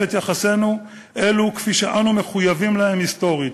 את יחסינו אלו כפי שאנו מחויבים להם היסטורית.